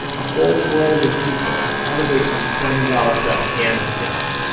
a whole world of people all the way from senegal to afghanistan,